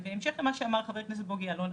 בהמשך למה שאמר חבר הכנסת בוגי יעלון,